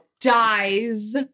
dies